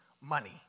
money